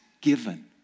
given